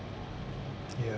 ya